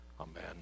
Amen